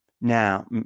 Now